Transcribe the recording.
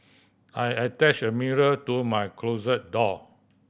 I attach a mirror to my closet door